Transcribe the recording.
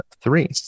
Three